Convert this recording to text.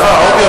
אין לך?